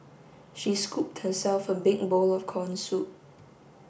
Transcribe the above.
she scooped herself a big bowl of corn soup